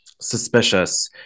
suspicious